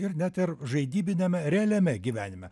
ir net ir žaidybiniame realiame gyvenime